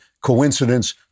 coincidence